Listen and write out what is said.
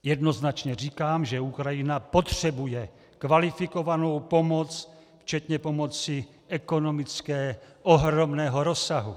Jednoznačně říkám, že Ukrajina potřebuje kvalifikovanou pomoc včetně pomoci ekonomické ohromného rozsahu.